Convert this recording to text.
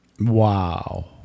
wow